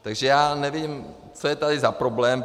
Takže já nevím, co je tady za problém.